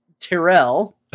Tyrell